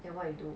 then what you do